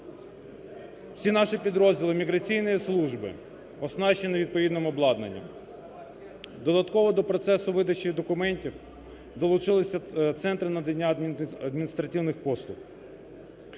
Всі наші підрозділи міграційної служби оснащені відповідним обладнанням. Додатково до процесу видачі документів долучилися центри надання адміністративних послуг,